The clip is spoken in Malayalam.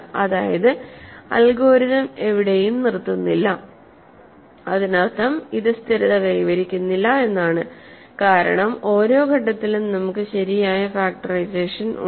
അതായത് അൽഗോരിതം എവിടെയും നിർത്തുന്നില്ല അതിനർത്ഥം ഇത് സ്ഥിരത കൈവരിക്കുന്നില്ല എന്നാണ് കാരണം ഓരോ ഘട്ടത്തിലും നമുക്ക് ശരിയായ ഫാക്ടറൈസേഷൻ ഉണ്ട്